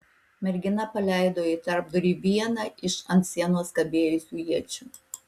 mergina paleido į tarpdurį vieną iš ant sienos kabėjusių iečių